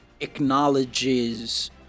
acknowledges